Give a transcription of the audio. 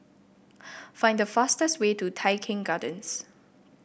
find the fastest way to Tai Keng Gardens